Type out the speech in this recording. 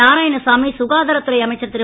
நாராயணசாமி சுகாதாரத்துறை அமைச்சர் திரு